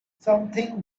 something